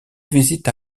visite